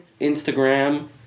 Instagram